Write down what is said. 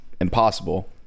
impossible